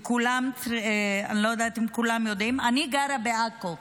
כולם, אני לא יודעת אם כולם יודעים, אני גרה בעכו,